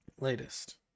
latest